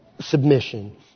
submission